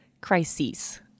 crises